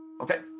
Okay